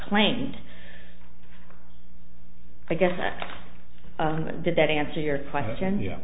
claimed i guess i did that answer your question ye